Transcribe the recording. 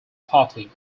party